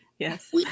Yes